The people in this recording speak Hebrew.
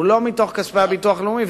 הוא לא מכספי הביטוח הלאומי,